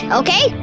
okay